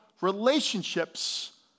relationships